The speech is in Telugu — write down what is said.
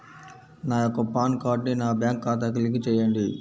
నా యొక్క పాన్ కార్డ్ని నా బ్యాంక్ ఖాతాకి లింక్ చెయ్యండి?